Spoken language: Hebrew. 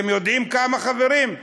אתם יודעים כמה, חברים?